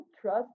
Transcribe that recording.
trust